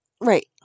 Right